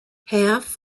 half